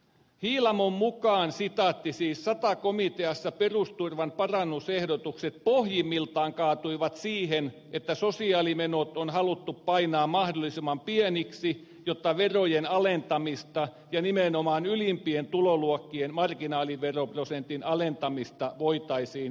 hiilamon mukaan sata komiteassa perusturvan parannusehdotukset pohjimmiltaan kaatuivat siihen että sosiaalimenot on haluttu painaa mahdollisimman pieniksi jotta verojen alentamista ja nimenomaan ylimpien tuloluokkien marginaaliveroprosentin alentamista voitaisiin jatkaa